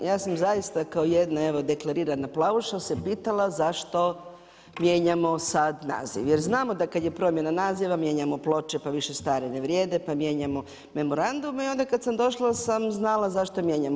Ja sam zaista kao jedna evo deklarirana plavuša se pitala zašto mijenjamo sada naziv jer znamo da kada je promjena naziva mijenjamo ploče, pa više stare ne vrijede, pa mijenjamo memorandum i onda kada sam došla sam znala zašto mijenjamo.